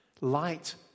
light